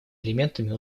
элементами